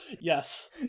Yes